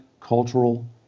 cultural